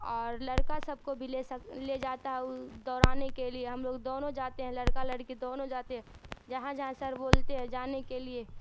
اور لڑکا سب کو بھی لے سک لے جاتا ہے وہ دوڑانے کے لیے ہم لوگ دونوں جاتے ہیں لڑکا لڑکی دونوں جاتے ہیں جہاں جہاں سر بولتے ہیں جانے کے لیے